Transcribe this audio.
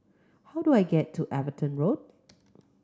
how do I get to Everton Road